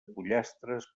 pollastres